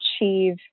achieve